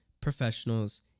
professionals